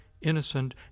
innocent